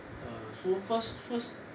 err so first first